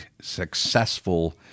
successful